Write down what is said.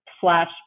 slash